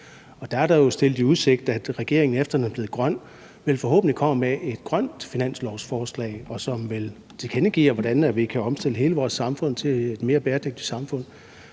er jo stillet i udsigt, at regeringen, efter den er blevet grøn, vel forhåbentlig kommer med et grønt finanslovsforslag, som vil tilkendegive, hvordan vi kan omstille hele vores samfund til et mere bæredygtigt samfund.